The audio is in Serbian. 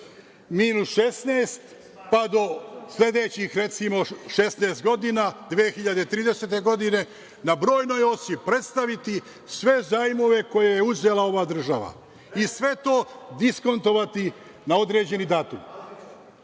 minus 16 pa do sledećih, recimo, 16 godina 2030. godine na brojnoj osi predstaviti sve zajmove koje je uzela ova država i sve to diskontovati na određeni datum.